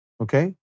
Okay